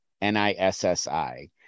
n-i-s-s-i